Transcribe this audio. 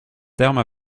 termes